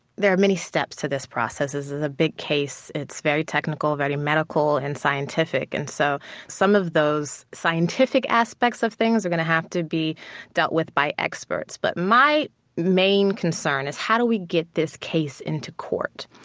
there are many steps to this process, this is a big case. it's very technical, very medical and scientific, and so some of those scientific aspects of things are going to have to be dealt with by experts. but my main concern is how do we get this case into court.